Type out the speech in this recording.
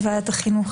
בוועדת החינוך,